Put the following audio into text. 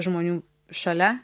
žmonių šalia